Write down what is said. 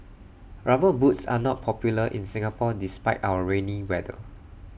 rubber boots are not popular in Singapore despite our rainy weather